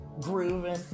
grooving